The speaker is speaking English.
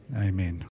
amen